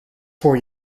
four